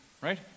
right